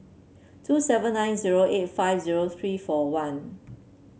two seven nine zero eight five zero three four one